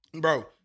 Bro